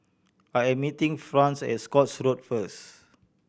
I am meeting Franz at Scotts Road first